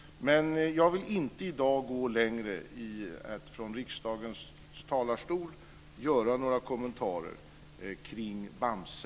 Men jag vill inte i dag gå längre och från riksdagens talarstol göra några kommentarer kring Bamse.